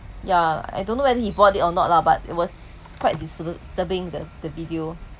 yeah I don't know whether he bought it or not lah but it was quite dissolute disturbing the the video